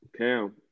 Okay